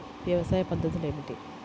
వ్యవసాయ పద్ధతులు ఏమిటి?